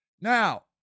Now